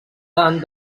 tant